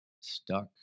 stuck